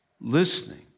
listening